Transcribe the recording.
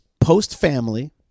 post-family